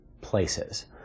places